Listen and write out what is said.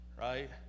right